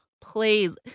Please